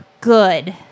good